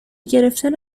گرفتن